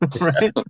Right